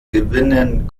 gewinnen